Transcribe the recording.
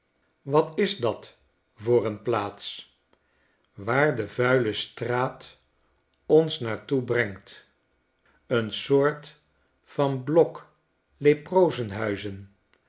wat is dat voor n plaats waar de vuile straat ons naar toe brengt een soort vanblokleprozenhuizen